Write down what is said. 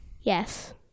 Yes